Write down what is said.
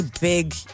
big